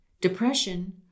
depression